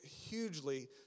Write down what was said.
hugely